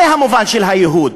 זה המובן של הייהוד.